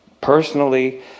personally